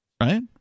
right